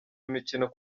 imikino